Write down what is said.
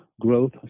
growth